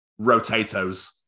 Rotatoes